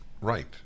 Right